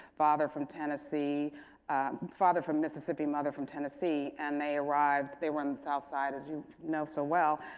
father from tennessee father from mississippi, mother from tennessee. and they arrived they were on the south side as you know so well,